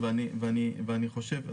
ואני חושב,